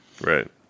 Right